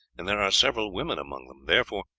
and there are several women among them therefore,